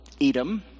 Edom